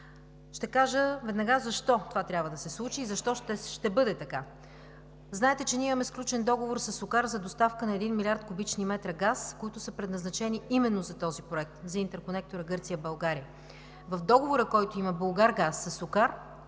Ще кажа веднага защо това трябва да се случи и защо ще бъде така. Знаете, че имаме сключен договор със SOCAR за доставка на 1 млрд. куб. м. газ, предназначени именно за този проект – за интерконектора Гърция – България. В договора, който има „Булгаргаз“ със